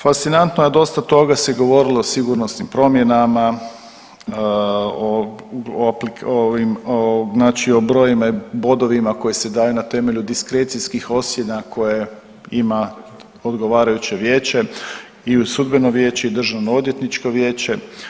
Fascinantno dosta toga se govorilo o sigurnosnim promjenama, znači o brojevima i bodovima koji se daju n a temelju diskrecijskih ocjena koje ima odgovarajuće vijeće i Sudbeno vijeće i Državno odvjetničko vijeće.